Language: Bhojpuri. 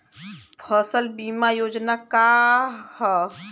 फसल बीमा योजना का ह?